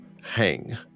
hang